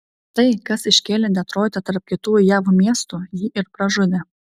tai kas iškėlė detroitą tarp kitų jav miestų jį ir pražudė